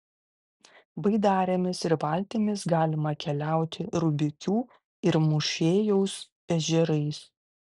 baidarėmis ir valtimis galima keliauti rubikių ir mūšėjaus ežerais